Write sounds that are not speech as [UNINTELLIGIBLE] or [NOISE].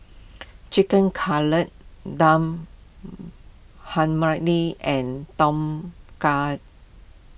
Chicken Cutlet Dal [UNINTELLIGIBLE] and Tom Kha